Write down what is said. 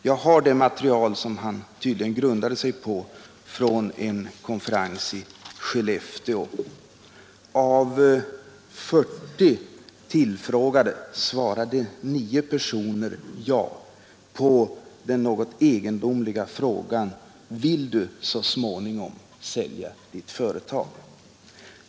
Jag har det material som han tydligen grundade sin mening på från en konferens i Skellefteå. Av 40 tillfrågade svarade 9 personer ja på den något egendomliga frågan: Vill du så småningom sälja ditt företag?